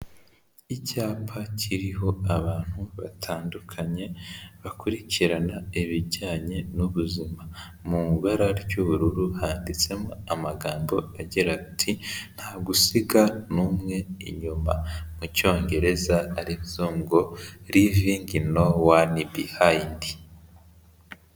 Icyapa kiriho abantu batandukanye, bakurikirana ibijyanye n'ubuzima, mu ibara ry'ubururu handitsemo amagambo agira ati ''Nta gusiga n'umwe inyuma'' mu cyongereza ari byo ngo ''Leaving no one behind.''